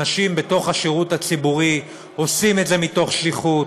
אנשים בתוך השירות הציבורי עושים את זה מתוך שליחות,